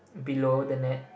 below the net